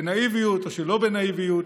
בנאיביות או שלא בנאיביות,